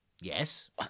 Yes